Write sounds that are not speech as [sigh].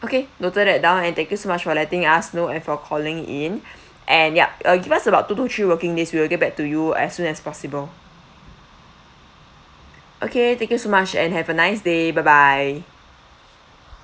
okay noted that down and thank you so much for letting us know and for calling in [noise] and yup uh give us about two to three working days we will get back to you as soon as possible okay thank you so much and have a nice day bye bye